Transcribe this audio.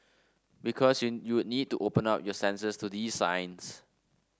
because you you'd need to open up your senses to these signs